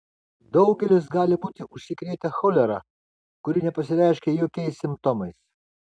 daugelis gali būti užsikrėtę cholera kuri nepasireiškia jokiais simptomais